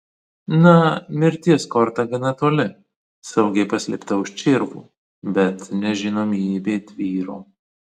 na mirties korta gana toli saugiai paslėpta už čirvų bet nežinomybė tvyro